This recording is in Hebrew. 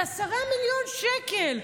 זה 10 מיליון שקל.